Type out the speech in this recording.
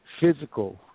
physical